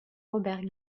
robert